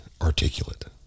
articulate